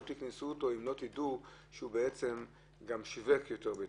לא תקנסו אותו אם תדעו שהוא שיווק יותר ביצים?